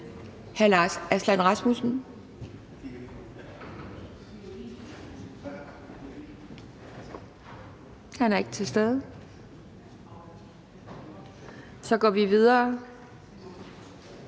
Så går vi videre